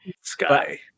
Sky